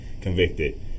convicted